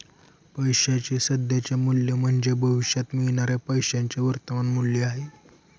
पैशाचे सध्याचे मूल्य म्हणजे भविष्यात मिळणाऱ्या पैशाचे वर्तमान मूल्य आहे